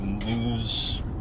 news